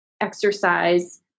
exercise